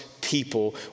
people